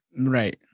Right